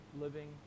living